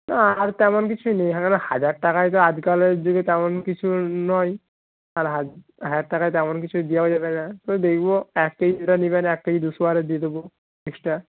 না আর তেমন কিছুই নেই আসলে হাজার টাকায় তো আজকালের যুগে তেমন কিছু নয় আর হাজার টাকায় তেমন কিছু দেওয়াও যাবে না তো দেখবো এক কেজি করে নিবেন এক কেজি দুশো আরও দিয়ে দেব এক্সট্রা